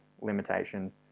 limitation